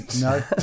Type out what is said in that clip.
No